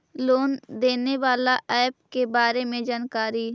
Loan देने बाला app के बारे मे जानकारी?